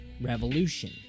revolution